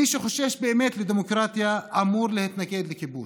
מי שחושש באמת לדמוקרטיה אמור להתנגד לכיבוש.